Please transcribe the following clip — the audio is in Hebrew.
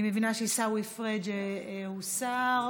אני מבינה שעיסאווי פריג' הוסר,